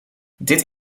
dit